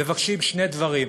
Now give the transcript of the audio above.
מבקשים שני דברים: